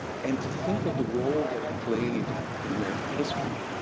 and to think of the role that it played in american history,